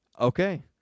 Okay